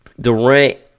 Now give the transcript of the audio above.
Durant